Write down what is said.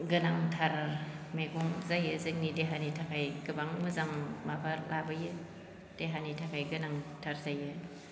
गोनांथार मैगं जायो जोंनि देहानि थाखाय गोबां मोजां माबा लाबोयो देहानि थाखाय गोनांथार जायो